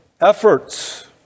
efforts